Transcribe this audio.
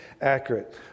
accurate